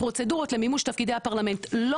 הפרוצדורות למימוש תפקידי הפרלמנט לא